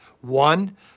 One